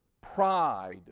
pride